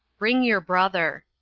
bring your brother.